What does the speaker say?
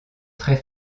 très